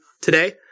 today